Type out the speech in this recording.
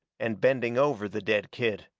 and bending over the dead kid.